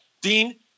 Dean